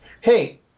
hey